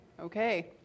Okay